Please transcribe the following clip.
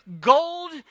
gold